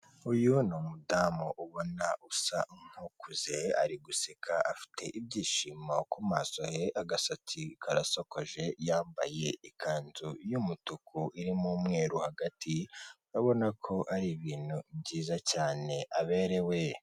Uyu ni umudamu ubona usa nk'ukuze ari guseka afite ibyishimo ku maso he, agasatsi karasakoje, yambaye ikanzu y'umutuku irimo umweru hagati, urabona ko ari ibintu byiza cyane aberewe.